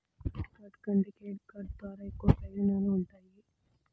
debit card కంటే credit card ద్వారా ఎక్కువ ప్రయోజనాలు వుంటయ్యి